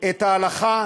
את ההלכה